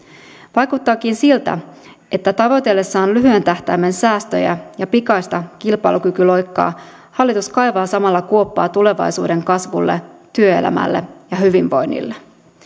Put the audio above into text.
vaikuttaakin siltä että tavoitellessaan lyhyen tähtäimen säästöjä ja pikaista kilpailukykyloikkaa hallitus kaivaa samalla kuoppaa tulevaisuuden kasvulle työelämälle ja hyvinvoinnille